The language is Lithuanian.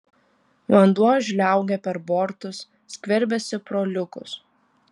vanduo žliaugia per bortus skverbiasi pro liukus